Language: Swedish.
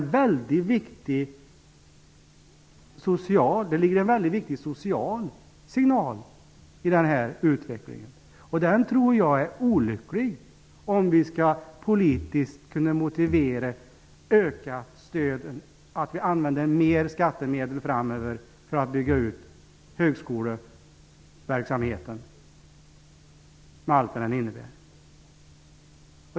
Det ligger en mycket viktig social signal i den här utvecklingen. Den tror jag är olycklig om vi politiskt skall kunna motivera ökat stöd, att vi använder mer skattemedel framöver för att bygga ut högskoleverksamheten, med allt vad den innebär.